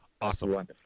awesome